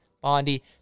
Bondi